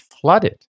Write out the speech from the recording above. flooded